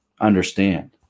understand